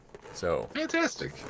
Fantastic